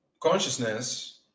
consciousness